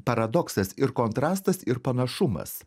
paradoksas ir kontrastas ir panašumas